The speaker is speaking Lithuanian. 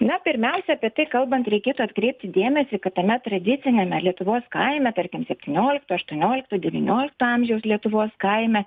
na pirmiausia apie tai kalbant reikėtų atkreipti dėmesį kad tame tradiciniame lietuvos kaime tarkim septyniolikto aštuoniolikto devyniolikto amžiaus lietuvos kaime